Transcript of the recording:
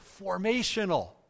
formational